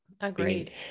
Agreed